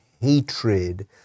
hatred